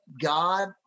god